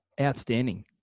outstanding